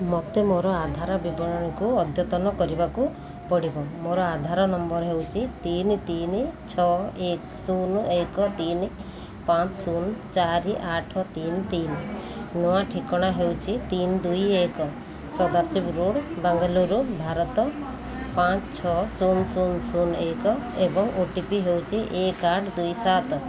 ମୋତେ ମୋର ଆଧାର ବିବରଣୀକୁ ଅଦ୍ୟତନ କରିବାକୁ ପଡ଼ିବ ମୋର ଆଧାର ନମ୍ବର ହେଉଛି ତିନି ତିନି ଛଅ ଶୂନ ଏକ ତିନି ପାଞ୍ଚ ଶୂନ ଚାରି ଆଠ ତିନି ତିନି ନୂଆ ଠିକଣା ହେଉଛି ତିନି ଦୁଇ ଏକ ସଦାଶିବ ରୋଡ଼୍ ବାଙ୍ଗାଲୁରୁ ଭାରତ ପାଞ୍ଚ ଛଅ ଶୂନ ଶୂନ ଶୂନ ଏକ ଏବଂ ଓ ଟି ପି ହେଉଛି ଏକ ଆଠ ଦୁଇ ସାତ